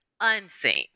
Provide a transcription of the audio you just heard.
unseen